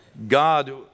God